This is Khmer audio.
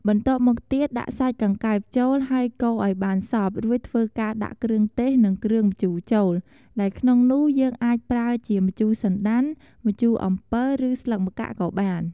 បន្ទាប់មកទៀត ដាក់សាច់កង្កែបចូល ហើយកូរអោយបានសប់ រួចធ្វើការដាក់ គ្រឿងទេស និង គ្រឿងម្ជូរចូល ដែលក្នុងនោះយើងអាចប្រើជា ម្ជូរសណ្ដាន់ ម្ជូរអំពិល ឬស្លឹកម្កាក់់ ក៍បាន។